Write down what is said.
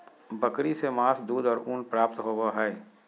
बकरी से मांस, दूध और ऊन प्राप्त होबय हइ